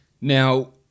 now